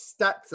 stats